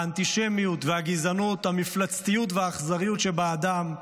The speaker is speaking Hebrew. האנטישמיות והגזענות, המפלצתיות והאכזריות שבאדם,